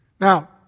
Now